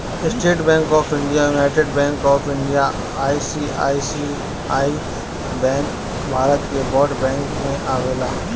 estate Bank of India, United Bank of India, ICICI bank Bharat के बड़ bank में आवेला